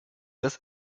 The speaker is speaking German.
das